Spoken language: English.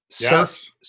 Yes